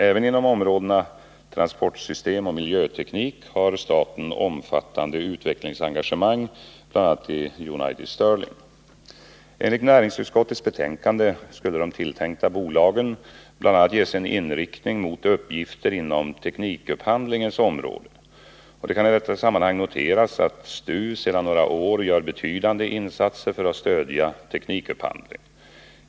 Även inom områdena transportsystem och miljöteknik har staten omfattande utvecklingsengagemang, bl.a. i United Sterling. Enligt näringsutskottets betänkande skulle de tilltänkta bolagen bl.a. ges en inriktning mot uppgifter inom teknikupphandlingens område. Det kan i detta sammanhang noteras att STU sedan några år gör betydande insatser för att stödja teknikupphandling.